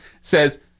Says